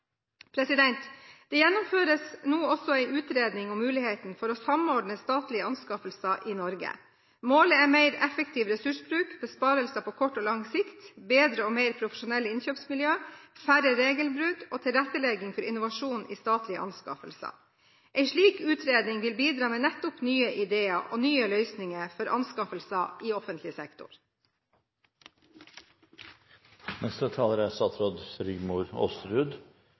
Det gjennomføres nå også en utredning om muligheten for å samordne statlige anskaffelser i Norge. Målet er mer effektiv ressursbruk, besparelser på kort og på lang sikt, bedre og mer profesjonelle innkjøpsmiljøer, færre regelbrudd og tilrettelegging for innovasjon i statlige anskaffelser. En slik utredning vil bidra med nettopp nye ideer og nye løsninger for anskaffelser i offentlig